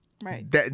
Right